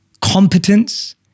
competence